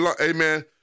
Amen